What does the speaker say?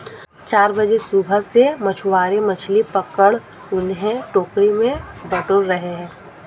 चार बजे सुबह से मछुआरे मछली पकड़कर उन्हें टोकरी में बटोर रहे हैं